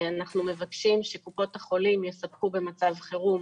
אנחנו מבקשים שקופות החולים יספקו במצב חירום